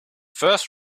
first